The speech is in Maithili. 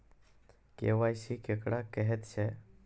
के.वाई.सी केकरा कहैत छै?